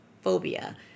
phobia